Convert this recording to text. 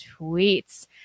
tweets